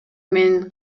мен